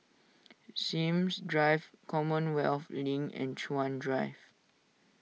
Sims Drive Commonwealth Link and Chuan Drive